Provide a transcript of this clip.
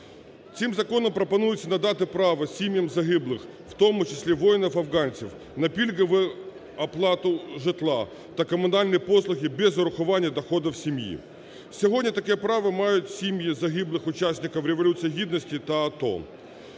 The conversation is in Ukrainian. Цим законом пропонується надати право сім'ям загиблих, в тому числі воїнів-афганців, на пільгову оплату житла та комунальні послуги без урахування доходів сім'ї. Сьогодні таке право мають сім'ї згиблих учасників Революції Гідності та АТО.